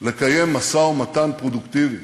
לקיום משא-ומתן פרודוקטיבי.